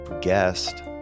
guest